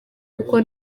kuko